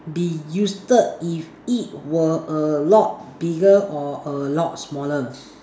be used if it was a lot bigger or a lot smaller